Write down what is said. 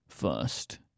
first